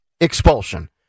expulsion